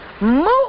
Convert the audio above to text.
move